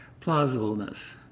plausibleness